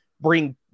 bring